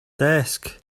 desk